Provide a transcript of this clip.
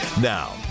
Now